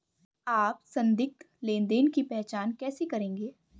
आप संदिग्ध लेनदेन की पहचान कैसे करेंगे?